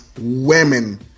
women